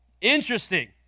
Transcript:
Interesting